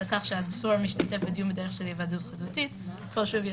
כך שהעצור משתתף בדיון בדרך של היוועדות חזותית שוב,